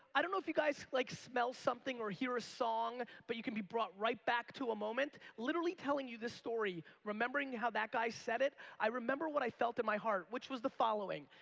i love you guys like smell something or hear a song but you can be brought right back to a moment. literally, telling you the story, remembering how that guy said it, i remember what i felt in my heart which was the following.